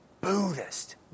Buddhist